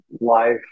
life